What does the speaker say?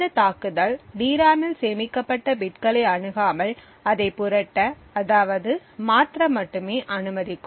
இந்த தாக்குதல் டிராமில் சேமிக்கப்பட்ட பிட்களை அணுகாமல் அதை புரட்ட அதாவது மாற்ற மட்டுமே அனுமதிக்கும்